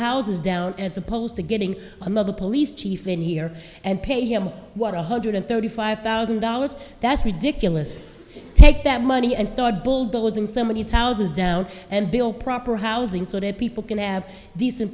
houses down as opposed to getting another police chief in here and pay him one hundred thirty thousand dollars that's ridiculous take that money and start bulldozing some of these houses down and bill proper housing so that people can have decent